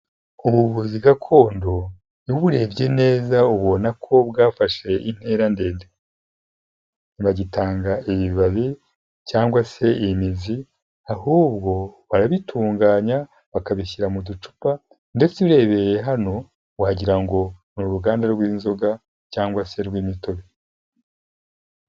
Ubuvuzi gakondo uburebye neza ubona ko bwafashe intera ndende. Ntibagitanga ibibabi cyangwa se imizi, ahubwo barabitunganya bakabishyira mu ducupa ndetse urebeye hano, wagirango ni uruganda rw'inzoga cyangwa se rw'imitobe.